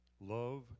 love